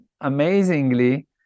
amazingly